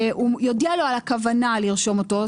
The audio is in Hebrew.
שהוא יודיע לו על הכוונה לרשום אותו,